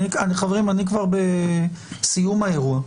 חברים, אני כבר בסיום האירוע.